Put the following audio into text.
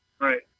Right